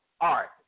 Art